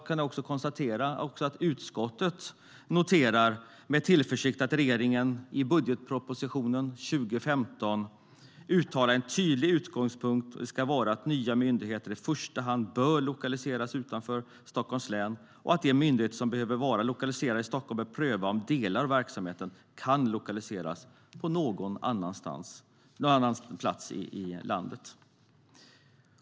Jag kan konstatera att utskottet med tillförsikt noterar att regeringen i budgetpropositionen för 2015 uttalat att en tydlig utgångspunkt ska vara att nya myndigheter i första hand bör lokaliseras utanför Stockholms län och att de myndigheter som behöver vara lokaliserade i Stockholm bör pröva om delar av verksamheten kan lokaliseras till någon annan plats i landet.